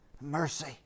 mercy